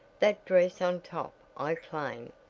that dress on top i claim.